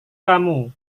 kamu